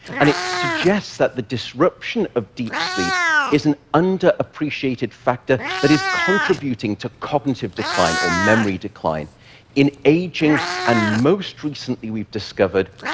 and it suggests that the disruption of deep sleep is an underappreciated factor that is contributing to cognitive decline or memory decline in aging, and most recently we've discovered,